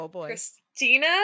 Christina